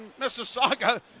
Mississauga